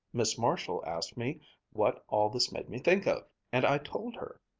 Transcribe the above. miss marshall asked me what all this made me think of, and i told her.